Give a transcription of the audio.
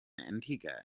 antigua